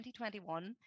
2021